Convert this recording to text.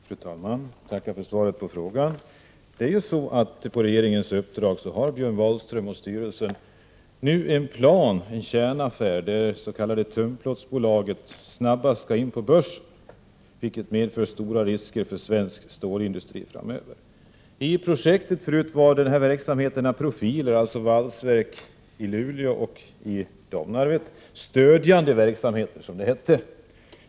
Fru talman! Jag tackar för svaret på frågan. På regeringens uppdrag har Björn Wahlström och styrelsen för SSAB gjort upp en plan, en kärnaffär, att det s.k. tunnplåtsbolaget så snabbt som möjligt skall in på börsen, vilket medför stora risker för svensk stålindustri framöver. I projektet var valsverket i Luleå och valsverket i Domnarvet tidigare stödjande verksamheter, som det hette.